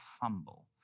fumble